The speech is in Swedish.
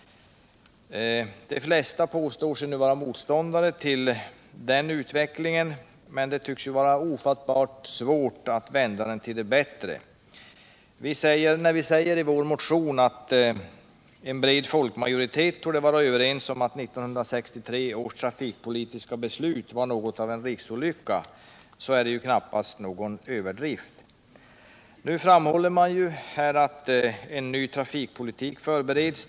De flesta påstår sig vara motståndare till den 109 utvecklingen, men det tycks vara ofattbart svårt att vända den till det bättre. När vi säger i vår motion att en bred folkmajoritet torde vara överens om att 1963 års trafikpolitiska beslut var något av en riksolycka är det knappast några överord. Man har nu framhållit här att en ny trafikpolitik förbereds.